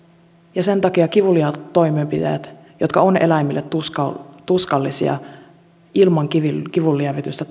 ja sen takia kivuliaat toimenpiteet jotka ovat eläimille tuskallisia ilman kivunlievitystä